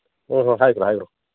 ꯍꯣꯍꯣꯏ ꯍꯥꯏꯒ꯭ꯔꯣ ꯍꯥꯏꯒ꯭ꯔꯣ